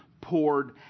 poured